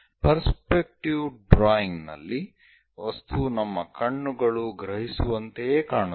perspective drawing ನಲ್ಲಿ ವಸ್ತುವು ನಮ್ಮ ಕಣ್ಣುಗಳು ಗ್ರಹಿಸುವಂತೆಯೇ ಕಾಣುತ್ತದೆ